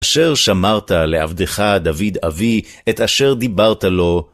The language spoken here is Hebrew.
אשר שמרת לעבדך דוד אבי את אשר דיברת לו.